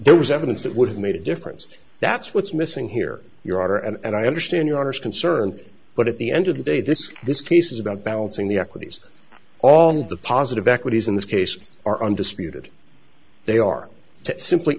there was evidence that would have made a difference that's what's missing here your honor and i understand your honour's concern but at the end of the day this this case is about balancing the equities all the positive equities in this case are undisputed they are to simply